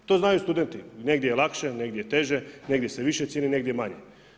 To znaju studenti, negdje je lakše, negdje teže, negdje se više cijeni, negdje manje.